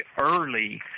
early